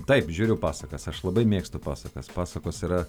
taip žiūriu pasakas aš labai mėgstu pasakas pasakos yra